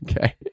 Okay